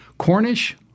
Cornish